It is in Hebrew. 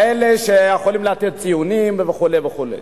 כאלה שיכולים לתת ציונים וכו' וכו'.